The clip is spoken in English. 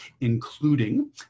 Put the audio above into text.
including